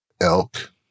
elk